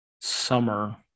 summer